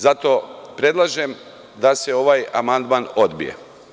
Zato predlažem da se ovaj amandman odbije.